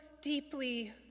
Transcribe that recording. deeply